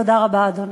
תודה רבה, אדוני.